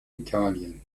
italien